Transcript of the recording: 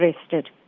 arrested